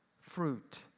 fruit